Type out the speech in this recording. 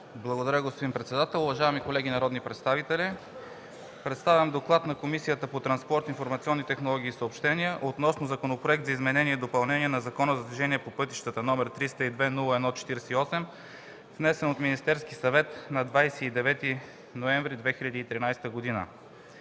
Благодаря, господин председател. Уважаеми колеги народни представители! Представям: „ДОКЛАД на Комисията по транспорт, информационни технологии и съобщения относно Законопроект за изменение и допълнение на Закона за движението по пътищата, № 302-01-48, внесен от Министерския съвет на 29 ноември 2013 г.